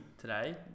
today